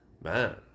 man